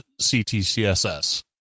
CTCSS